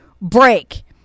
break